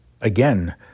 again